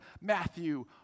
Matthew